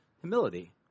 humility